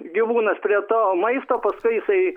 gyvūnas prie to maisto paskui jisai